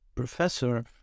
Professor